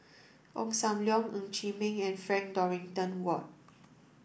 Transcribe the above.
Ong Sam Leong Ng Chee Meng and Frank Dorrington Ward